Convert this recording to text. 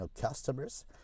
customers